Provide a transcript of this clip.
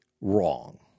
wrong